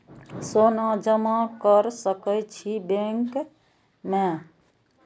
सोना जमा कर सके छी बैंक में?